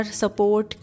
support